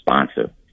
responsive